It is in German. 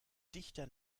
dichter